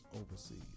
overseas